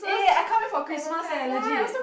eh eh I can't wait for Christmas leh legit